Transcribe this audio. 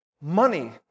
money